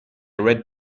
red